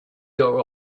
your